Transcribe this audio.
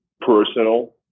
personal